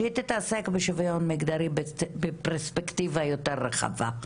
שהיא תתעסק בשוויון מגדרי בפרספקטיבה יותר רחבה.